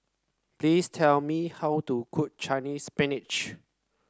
please tell me how to cook Chinese Spinach